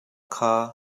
kha